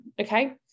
Okay